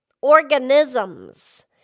organisms